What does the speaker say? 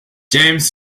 james